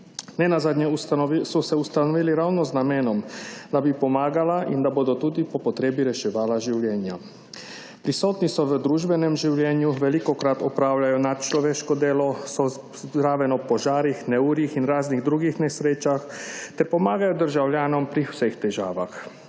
Nenazadnje, so se ustanovili ravno z namenom, da bi pomagala in da bodo tudi po potrebi reševala življenja. Prisotni so v družbenem življenju, velikokrat opravljajo nadčloveško delo, so zraven ob požarih, neurjih in raznih drugih nesrečah ter pomagajo državljanom pri vseh težavah.